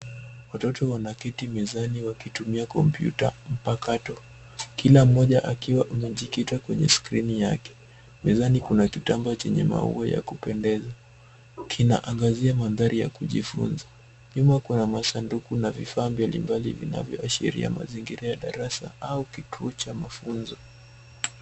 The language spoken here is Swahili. Watoto wanaketi mezani wakitumia kompyuta mpakato, kila mmoja akiwa amejikita kwenye skrini yake. Mezani kuna kitambaa chenye maua ya kupendeza kinaangazia mandhari ya kujifunza. Nyuma kuna masanduku na vifaa mbalimbali vinavyoashiria mazingira ya darasa au kituo cha mafunzo.